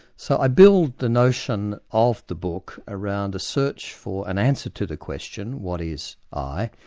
so i build the notion of the book around a search for an answer to the question, what is i,